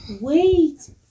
Wait